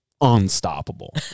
unstoppable